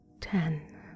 ten